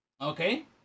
Okay